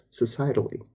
societally